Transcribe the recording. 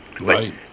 Right